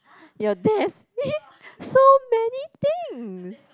your desk so many things